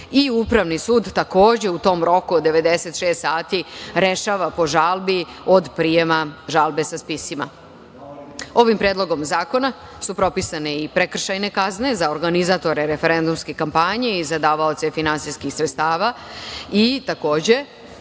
i Upravni sud, takođe, u tom roku od 96 sati rešava po žalbi od prijema žalbe sa spisima. Ovim predlogom zakona su propisane i prekršajne kazne za organizatore referendumske kampanje i za davaoce finansijskih sredstava. Takođe